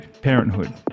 parenthood